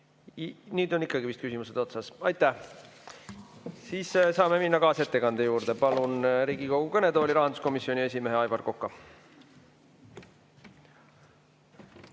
Nüüd on ikkagi küsimused otsas. Aitäh! Saame minna kaasettekande juurde. Palun Riigikogu kõnetooli rahanduskomisjoni esimehe Aivar Koka.